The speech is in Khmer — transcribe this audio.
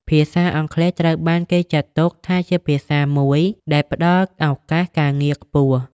ភាសាអង់គ្លេសត្រូវបានគេចាត់ទុកថាជាភាសាមួយដែលផ្តល់ឱកាសការងារខ្ពស់។